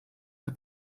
der